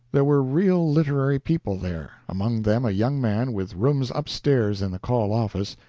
there were real literary people there among them a young man, with rooms upstairs in the call office,